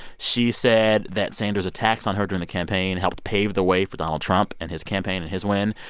she said that sanders' attacks on her during the campaign helped pave the way for donald trump and his campaign and his win.